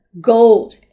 gold